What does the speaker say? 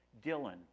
Dylan